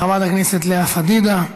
חברת הכנסת לאה פדידה,